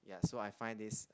ya so I find this